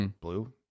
blue